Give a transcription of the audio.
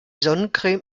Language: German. sonnencreme